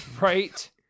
Right